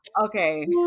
Okay